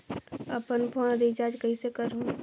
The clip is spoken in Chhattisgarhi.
अपन फोन रिचार्ज कइसे करहु?